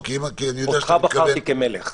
אותך בחרתי כמלך.